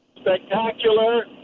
spectacular